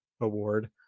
award